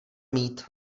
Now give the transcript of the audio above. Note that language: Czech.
mít